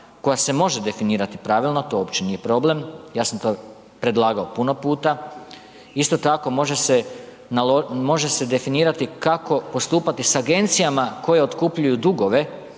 koja se može definirati pravilno, to uopće nije problem ja sam predlagao puno puta. Isto tako može se definirati kako postupati sa agencijama koje otkupljuju dugove